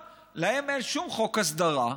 להם אין שום חוק הסדרה.